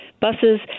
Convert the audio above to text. buses